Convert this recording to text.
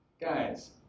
guys